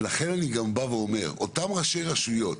לכן אני אומר, אותם ראשי רשויות,